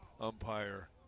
umpire